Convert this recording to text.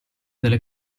delle